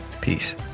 Peace